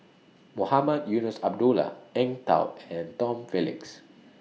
Mohamed Eunos Abdullah Eng Tow and Tom Phillips